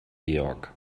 georg